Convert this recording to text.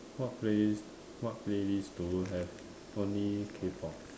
what playlist what playlist do you have only K-pop